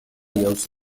jauzi